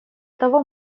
того